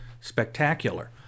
spectacular